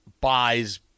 buys